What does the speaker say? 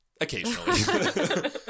occasionally